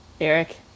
Eric